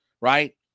right